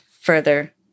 further